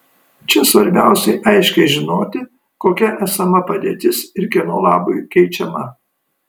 čia svarbiausia aiškiai žinoti kokia esama padėtis ir kieno labui keičiama